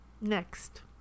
Next